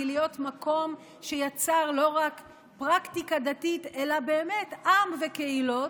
מלהיות מקום שיצר לא רק פרקטיקה דתית אלא באמת עם וקהילות,